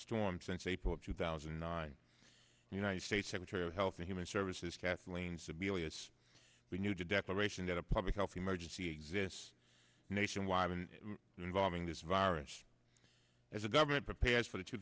storm since april of two thousand and nine united states secretary of health and human services kathleen sebelius we need to declaration that a public health emergency exists nationwide in involving this virus as the government prepares for the two